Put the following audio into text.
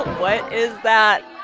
what is that?